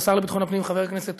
השר לביטחון הפנים חבר הכנסת